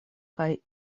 kaj